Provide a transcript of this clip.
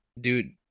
dude